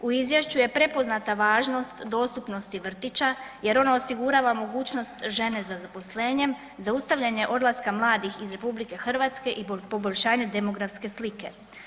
U izvješću je prepoznata važnost dostupnosti vrtića jer ono osigurava mogućnost žene za zaposlenjem, zaustavljanjem odlaska mladih iz RH i poboljšanje demografske slike.